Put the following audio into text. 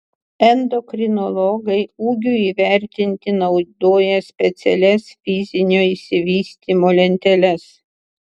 endokrinologai ūgiui įvertinti naudoja specialias fizinio išsivystymo lenteles